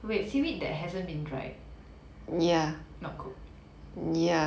wait seaweed that hasn't been dried not cooked